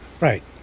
Right